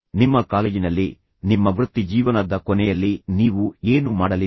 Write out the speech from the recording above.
ನಿಮ್ಮ ಕಾಲೇಜಿನಲ್ಲಿ ನಿಮ್ಮ ವೃತ್ತಿಜೀವನ ಜೀವನದ ಕೊನೆಯಲ್ಲಿ ನೀವು ಏನು ಮಾಡಲಿದ್ದೀರಿ